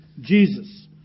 Jesus